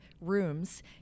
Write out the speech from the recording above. rooms